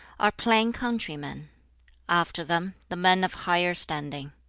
are plain countrymen after them, the men of higher standing.